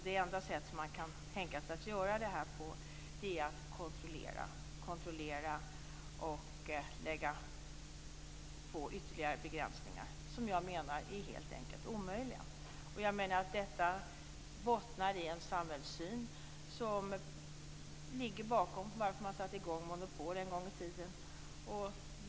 Det enda sätt man kan tänka sig att göra det på är att kontrollera och lägga på ytterligare begränsningar. Jag menar att de helt enkelt är omöjliga. Detta bottnar i den samhällssyn som ligger bakom det faktum att man upprättade monopol en gång i tiden.